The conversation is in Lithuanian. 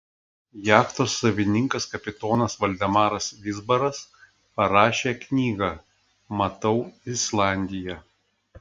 jachtos savininkas kapitonas valdemaras vizbaras parašė knygą matau islandiją